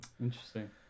interesting